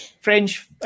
French